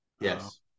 Yes